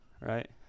Right